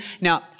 Now